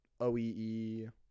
OEE